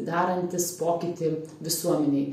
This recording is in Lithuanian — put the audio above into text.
darantis pokytį visuomenėj